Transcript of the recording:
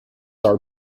are